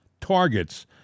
targets –